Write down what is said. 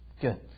good